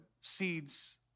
seeds